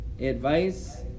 Advice